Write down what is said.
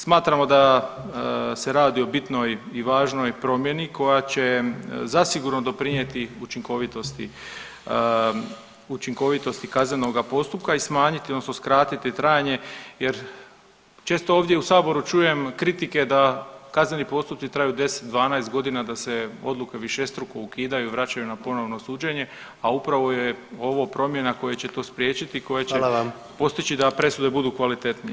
Smatramo da se radi o bitnoj važnoj promjeni koja će zasigurno doprinijeti učinkovitosti, učinkovitosti kaznenoga postupka i smanjiti odnosno skratiti trajanje jer često ovdje u saboru čujem kritike da kazneni postupci traju 10, 12 godina, da se odluke višestruko ukidaju, vraćaju na ponovno suđenje, a upravo je ovo promjena koja će to spriječiti [[Upadica: Hvala vam.]] koja će postići da presude budu kvalitetnije.